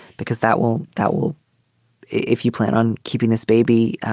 because that will that will if you plan on keeping this baby.